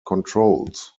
controls